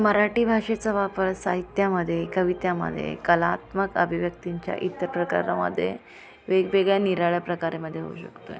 मराठी भाषेचा वापर साहित्यामध्ये कवित्यामध्ये कलात्मक अभिव्यक्तींच्या इतर प्रकारांमध्ये वेगवेगळ्या निराळ्या प्रकारेमध्ये होऊ शकतो आहे